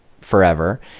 forever